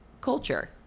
culture